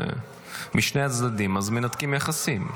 משני הצדדים, אז מנתקים יחסים.